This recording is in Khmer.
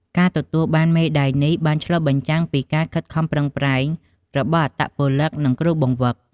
ការទទួលបានមេដាយនេះបានឆ្លុះបញ្ចាំងពីការខិតខំប្រឹងប្រែងរបស់អត្តពលិក និងគ្រូបង្វឹក។